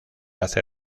hace